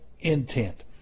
intent